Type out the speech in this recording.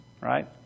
right